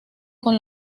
con